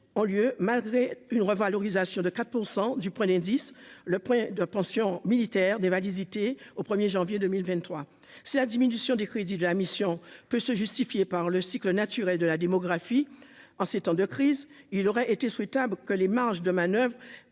ont lieu malgré une revalorisation de 4 % du point d'indice, le point de pension militaire des validité au 1er janvier 2023 c'est la diminution des crédits de la mission peut se justifier par le cycle naturel de la démographie en ces temps de crise, il aurait été souhaitable que les marges de manoeuvre